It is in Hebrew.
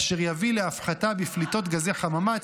אשר יביא להפחתה בפליטות גזי חממה,